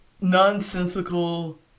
nonsensical